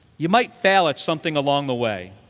you might fail at something along the way.